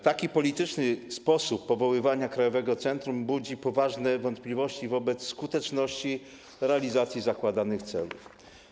Taki polityczny sposób powoływania krajowego centrum budzi poważne wątpliwości co do skuteczności realizacji zakładanych celów.